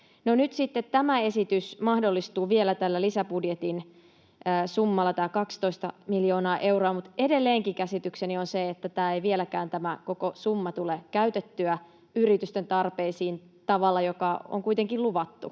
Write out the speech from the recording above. tämä esitys mahdollistuu vielä tällä lisäbudjetin summalla — tämä 12 miljoonaa euroa — mutta edelleenkin käsitykseni on se, että tämä koko summa ei vieläkään tule käytettyä yritysten tarpeisiin tavalla, joka on kuitenkin luvattu